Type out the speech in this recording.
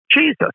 Jesus